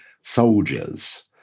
soldiers